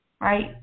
Right